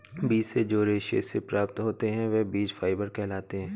बीज से जो रेशे से प्राप्त होते हैं वह बीज फाइबर कहलाते हैं